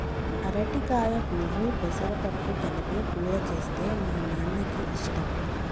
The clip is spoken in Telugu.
అరటికాయ పువ్వు పెసరపప్పు కలిపి కూర చేస్తే మా నాన్నకి ఇష్టం